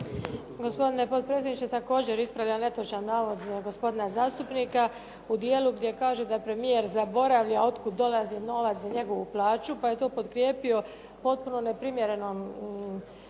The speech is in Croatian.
Gospodine potpredsjedniče, također ispravljam netočan navod gospodina zastupnika u dijelu gdje kaže da premijer zaboravlja od kud dolazi novac za njegovu plaću pa je to potkrijepio potpuno neprimjerenim